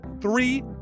three